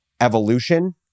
evolution